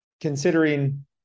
considering